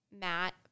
matt